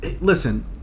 Listen